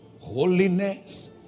Holiness